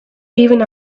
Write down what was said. even